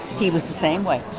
he was the same way.